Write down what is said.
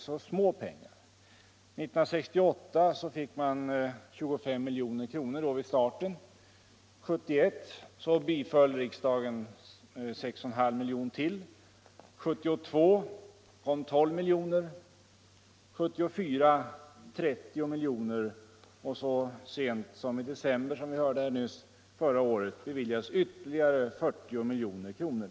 Vid starten 1968 fick bolaget 25 milj.kr. 1971 beviljade riksdagen 6,5 miljoner, 1972 beviljades 12 miljoner, 1974 30 miljoner och så sent som i december förra året beviljades. som vi hörde nyss, ytterligare 40 milj.kr.